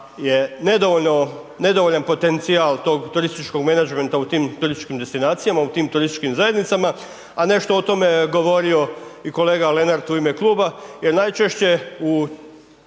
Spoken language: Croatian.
nedovoljan potencijal tog turističkom menadžmenta u tim turističkim destinacijama u tim turističkim zajednicama, a nešto o tome je govorio i kolega Lenart u ime Kluba, jer najčešće u